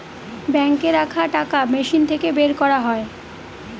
বাঙ্কে রাখা টাকা মেশিন থাকে বের করা যায়